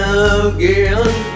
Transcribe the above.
again